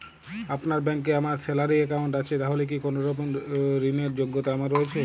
আপনার ব্যাংকে আমার স্যালারি অ্যাকাউন্ট আছে তাহলে কি কোনরকম ঋণ র যোগ্যতা আমার রয়েছে?